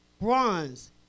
bronze